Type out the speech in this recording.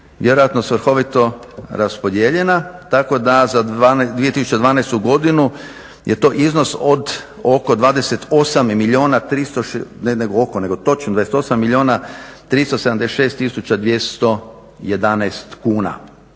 vjerojatno svrhovito raspodijeljena tako da za 2012. godinu je to iznos od oko 28 milijuna,